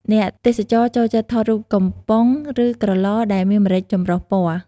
អ្នកទេសចរចូលចិត្តថតរូបកំប៉ុង ឬ ក្រឡដែលមានម្រេចចម្រុះពណ៌។